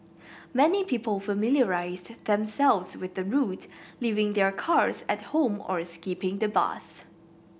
many people familiarised themselves with the route leaving their cars at home or skipping the bus